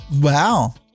Wow